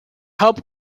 help